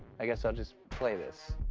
i guess, i'll just play this.